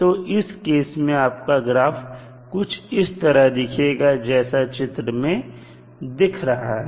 तो इस केस में आपका ग्राफ कुछ इस तरह देखेगा जैसा चित्र में दिख रहा है